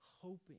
hoping